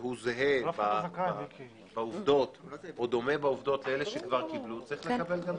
והוא זהה בעובדות או דומה בעובדות לאלה שכבר קיבלו - צריך לקבל גם.